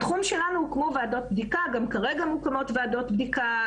בתחום שלנו הוקמו ועדות בדיקה וגם כרגע מוקמות ועדות בדיקה.